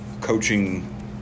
coaching